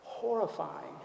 Horrifying